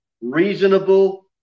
reasonable